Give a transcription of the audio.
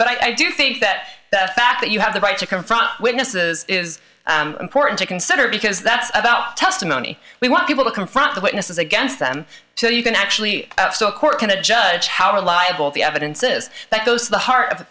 but i do think that the fact that you have the right to confront witnesses is important to consider because that's about testimony we want people to confront the witnesses against them so you can actually still court can a judge how reliable the evidence is that goes to the heart of